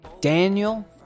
Daniel